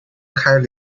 分开